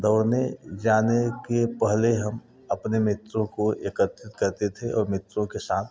दौड़ने जाने के पहले हम अपने मित्रों को एकत्रित करते थे और मित्रों के साथ